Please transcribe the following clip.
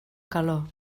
calor